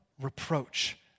reproach